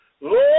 Lord